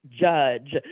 judge